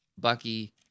Bucky